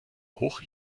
hoch